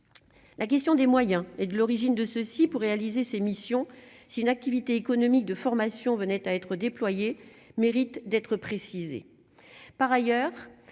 La question des moyens et de l'origine de ce-ci pour réaliser ses missions, c'est une activité économique, de formation, venait à être déployés mérite d'être précisé